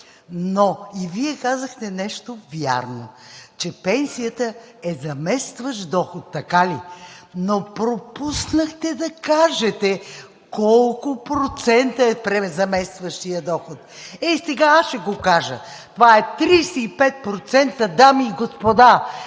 но и Вие казахте нещо вярно, че пенсията е заместващ доход. Така ли? Но пропуснахте да кажете колко процента е заместващият доход? Ей сега аз ще го кажа: това е 35%, дами и господа,